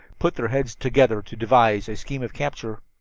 put their heads together to devise a scheme of capture.